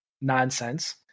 nonsense